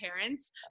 parents